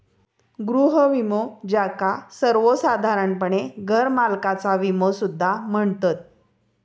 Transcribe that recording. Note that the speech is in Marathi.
गृह विमो, ज्याका सर्वोसाधारणपणे घरमालकाचा विमो सुद्धा म्हणतत